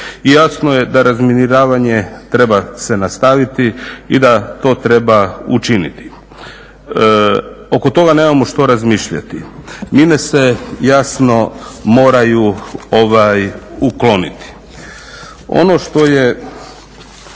I jasno je da razminiravanje treba se nastaviti i da to treba učiniti. Oko toga nemamo što razmišljati. Mine se jasno moraju ukloniti. Ono što je